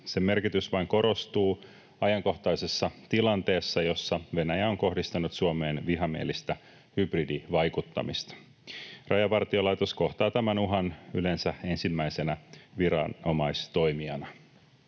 Sen merkitys vain korostuu ajankohtaisessa tilanteessa, jossa Venäjä on kohdistanut Suomeen vihamielistä hybridivaikuttamista. Rajavartiolaitos kohtaa tämän uhan yleensä ensimmäisenä viranomaistoimijana.